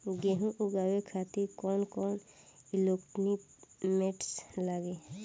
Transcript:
गेहूं उगावे खातिर कौन कौन इक्विप्मेंट्स लागी?